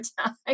time